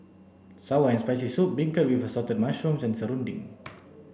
sour and spicy soup beancurd with assorted mushrooms and serunding